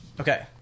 Okay